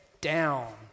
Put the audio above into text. down